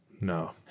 No